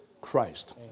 Christ